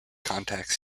contacts